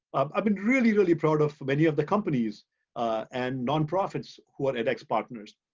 i've been really, really proud of many of the companies and nonprofits who are edx partners.